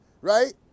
right